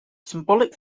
symbolic